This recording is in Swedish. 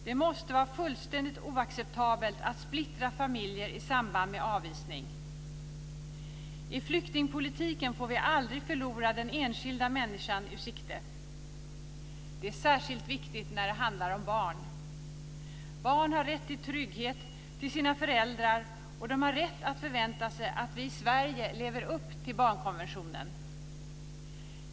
Det måste vara fullständigt oacceptabelt att splittra familjer i samband med avvisning. I flyktingpolitiken får vi aldrig förlora den enskilda människan ur sikte. Det är särskilt viktigt när det handlar om barn. Barn har rätt till trygghet, till sina föräldrar, och de har rätt att förvänta sig att vi i Sverige lever upp till barnkonventionen.